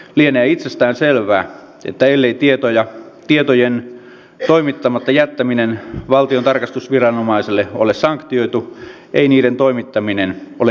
lienee itsestään selvää että ellei tietojen toimittamatta jättäminen valtion tarkastusviranomaiselle ole sanktioitu ei niiden toimittaminen ole itsestäänselvyys